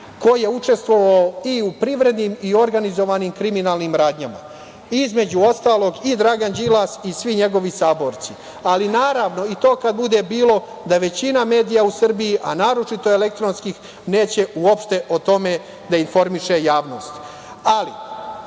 ko je učestvovao i u privrednim i organizovanim kriminalnim radnjama, između ostalog, i Dragan Đilas i svi njegovi saborci, ali naravno, i to kad bude bilo, da većina medija u Srbiji, a naročito elektronskih, neće uopšte o tome da informiše